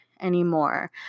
anymore